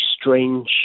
strange